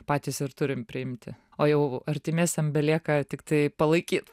patys ir turim priimti o jau artimiesiem belieka tiktai palaikyt